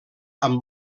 amb